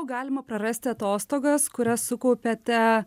galima prarasti atostogas kurias sukaupėte